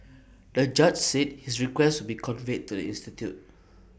the judge said his request be conveyed to the institute